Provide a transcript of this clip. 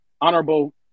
honorable